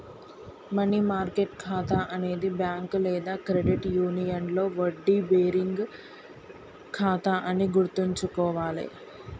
money market ఖాతా అనేది bank లేదా క్రెడిట్ యూనియన్లో వడ్డీ బేరింగ్ ఖాతా అని గుర్తుంచుకోవాలే